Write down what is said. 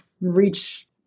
reach